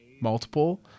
multiple